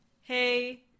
hey